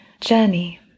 journey